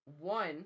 One